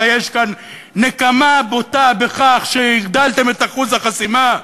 הרי יש כאן נקמה בוטה בכך שהגדלתם את אחוז החסימה.